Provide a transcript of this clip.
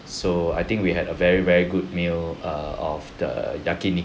so I think we had a very very good meal err of the yakiniku